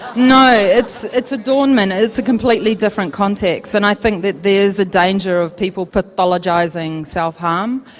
no, it's it's adornment, it's a completely different context and i think that there's a danger of people pathologising self harm.